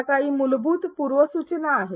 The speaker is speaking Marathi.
या काही मूलभूत पूर्वसूचना आहेत